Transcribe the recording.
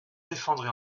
défendrai